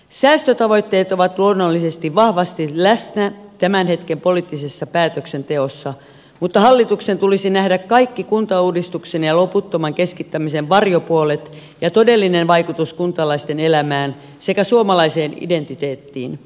säästötavoitteet ovat luonnollisesti vahvasti läsnä tämän hetken poliittisessa päätöksenteossa mutta hallituksen tulisi nähdä kaikki kuntauudistuksen ja loputtoman keskittämisen varjopuolet ja niiden todellinen vaikutus kuntalaisten elämään sekä suomalaiseen identiteettiin